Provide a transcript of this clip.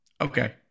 Okay